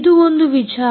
ಇದು ಒಂದು ವಿಚಾರ